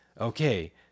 Okay